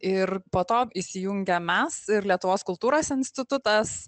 ir po to įsijungiam mes ir lietuvos kultūros institutas